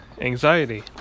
anxiety